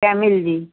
camel जी